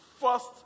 first